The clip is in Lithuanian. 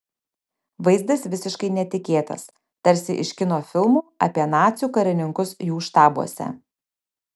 vaizdas visiškai netikėtas tarsi iš kino filmų apie nacių karininkus jų štabuose